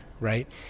right